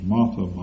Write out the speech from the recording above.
Martha